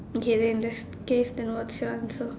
okay then in that case then what's your answer